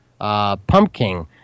Pumpkin